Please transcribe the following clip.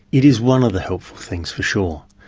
it is one of the helpful things, for sure.